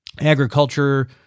Agriculture